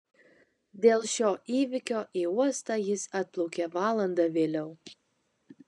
dėl šio įvykio į uostą jis atplaukė valanda vėliau